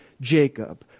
Jacob